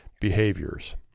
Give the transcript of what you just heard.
behaviors